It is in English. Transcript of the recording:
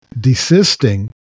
desisting